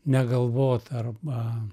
negalvot arba